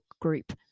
group